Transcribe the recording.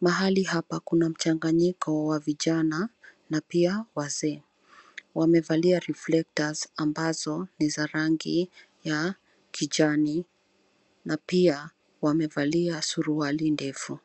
Mahali hapa ,kuna mchanganyiko wa vijana na pia wazee. Wamevalia reflectors ambazo ni za rangi ya kijani na pia ,wamevalia suruali ndefu.